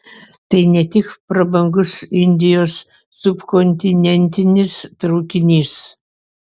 tai ne tik prabangus indijos subkontinentinis traukinys